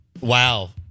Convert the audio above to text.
Wow